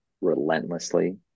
relentlessly